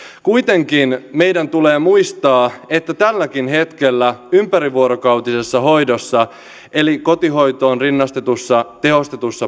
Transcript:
kuitenkin meidän tulee muistaa että tälläkin hetkellä ympärivuorokautisessa hoidossa eli kotihoitoon rinnastetussa tehostetussa